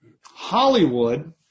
Hollywood